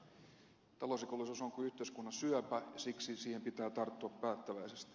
talousrikollisuus on kuin yhteiskunnan syöpä ja siksi siihen pitää tarttua päättäväisesti